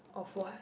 of what